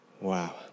Wow